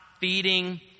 feeding